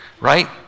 right